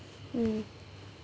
mm